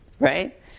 Right